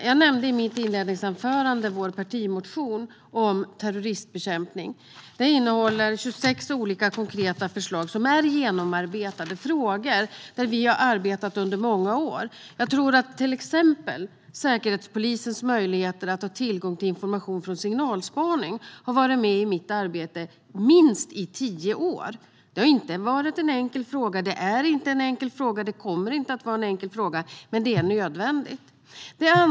Jag nämnde i mitt inledningsanförande vår partimotion om terroristbekämpning. Den innehåller 26 olika konkreta förslag som är genomarbetade. Det är frågor som vi har arbetat med i många år. Jag tror att till exempel Säkerhetspolisens möjligheter att få tillgång till information från signalspaning har varit med i mitt arbete i minst tio år. Det har inte varit någon enkel fråga. Det är inte någon enkel fråga och kommer inte att vara en enkel fråga, men det är nödvändigt.